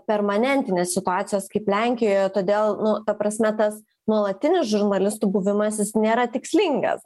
permanentinės situacijos kaip lenkijoje todėl nu ta prasme tas nuolatinis žurnalistų buvimas jis nėra tikslingas